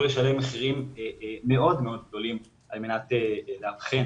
לשלם מחירים מאוד גדולים על מנת לאבחן